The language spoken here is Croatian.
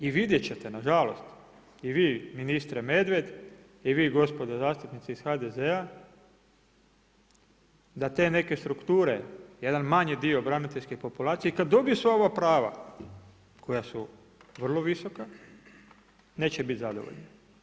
I vidjet ćete nažalost i vi ministre Medved, i vi gospodo zastupnici iz HDZ-a da te neke strukture, jedan manji dio braniteljske populacije i kad dobije sva ova prava koja su vrlo visoka, neće biti zadovoljni.